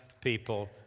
people